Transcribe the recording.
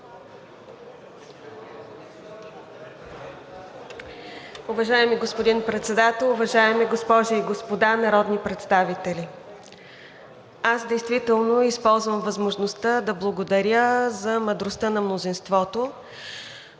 Уважаеми господин Председател, уважаеми госпожи и господа народни представители! Аз действително използвам възможността да благодаря за мъдростта на мнозинството